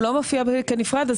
הוא לא מופיע באמת בנפרד.